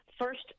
first